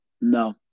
No